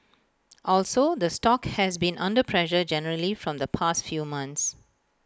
also the stock has been under pressure generally from the past few months